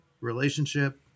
relationship